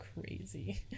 crazy